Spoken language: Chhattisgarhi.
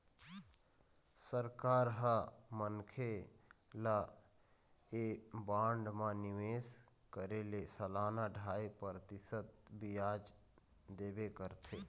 सरकार ह मनखे ल ऐ बांड म निवेश करे ले सलाना ढ़ाई परतिसत बियाज देबे करथे